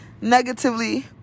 negatively